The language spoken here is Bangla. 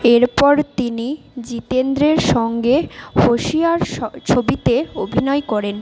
এরপর তিনি জিতেন্দ্রের সঙ্গে হোশিয়ার ছবিতে অভিনয় করেন